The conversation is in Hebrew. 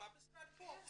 המשרד פה.